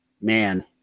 man